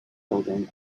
building